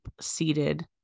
seated